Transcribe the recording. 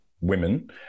women